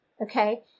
Okay